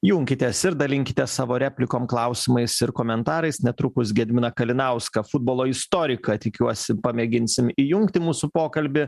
junkitės ir dalinkitės savo replikom klausimais ir komentarais netrukus gediminą kalinauską futbolo istoriką tikiuosi pamėginsim įjungti į mūsų pokalbį